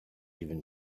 even